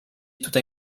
tutaj